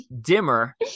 dimmer